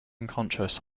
unconscious